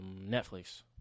Netflix